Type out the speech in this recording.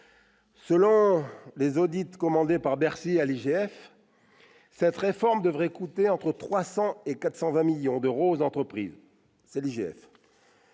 Selon les audits commandés par Bercy à l'IGF, cette réforme devrait coûter entre 300 et 420 millions d'euros aux entreprises concernées,